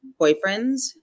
boyfriends